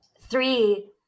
three